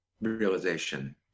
realization